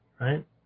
Right